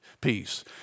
peace